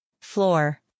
Floor